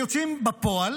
יוצאים בפועל